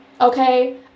Okay